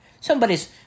Somebody's